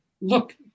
look